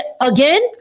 again